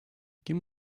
give